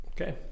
Okay